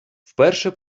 вперше